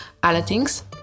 Allerdings